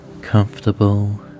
comfortable